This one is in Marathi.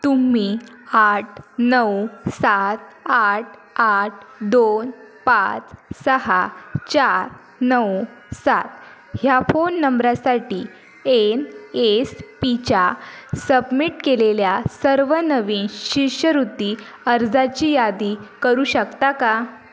तुम्ही आठ नऊ सात आठ आठ दोन पाच सहा चार नऊ सात ह्या फोन नंबरासाठी एन एस पीच्या सबमिट केलेल्या सर्व नवीन शिष्यवृत्ती अर्जाची यादी करू शकता का